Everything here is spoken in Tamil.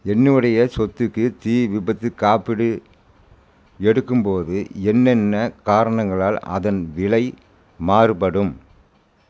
என்னுடைய சொத்துக்கு தீ விபத்துக் காப்பீடு எடுக்கும்போது என்னென்ன காரணங்களால் அதன் விலை மாறுபடும்